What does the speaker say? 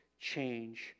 change